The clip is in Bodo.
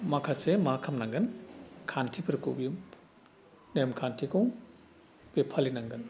माखासे मा खामनांगोन खान्थिफोरखौ बियो नेमखान्थिखौ बे फालिनांगोन